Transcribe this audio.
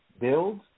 build